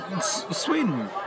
Sweden